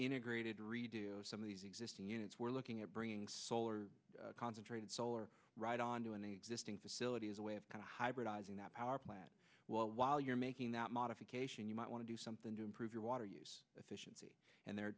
integrated redo some of these existing units we're looking at bringing solar concentrated solar right on to an existing facility is a way of kind of hybridizing that power plant well while you're making that modification you might want to do something to improve your water use efficiency and the